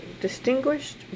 Distinguished